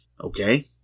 okay